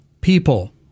people